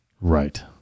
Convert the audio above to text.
Right